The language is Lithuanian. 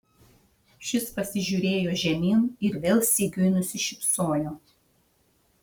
šis pasižiūrėjo žemyn ir vėl sigiui nusišypsojo